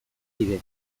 kide